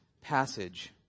passage